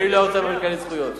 מי לא רוצה כאלה זכויות?